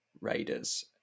Raiders